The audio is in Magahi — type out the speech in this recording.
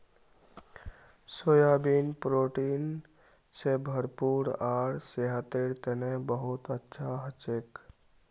सोयाबीन प्रोटीन स भरपूर आर सेहतेर तने बहुत अच्छा हछेक